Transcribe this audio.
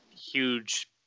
huge